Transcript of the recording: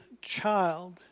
child